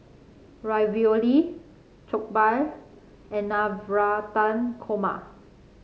Ravioli Jokbal and Navratan Korma